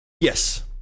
Yes